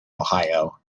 ohio